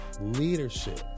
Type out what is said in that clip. leadership